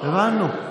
הבנו.